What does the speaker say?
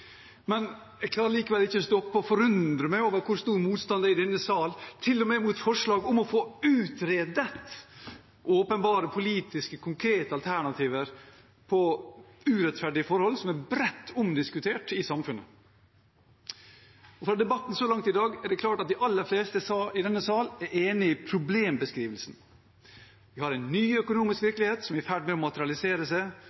Men jeg klarer likevel ikke slutte å forundre meg over hvor stor motstand det er i denne sal – til og med mot et forslag om å få utredet åpenbare politiske, konkrete alternativer på urettferdige forhold som er bredt omdiskutert i samfunnet. Ut fra debatten så langt i dag er det klart at de aller fleste i denne sal er enige om problembeskrivelsen: Vi har en ny økonomisk